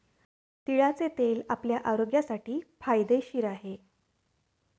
तिळाचे तेल आपल्या आरोग्यासाठी फायदेशीर आहे